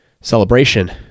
celebration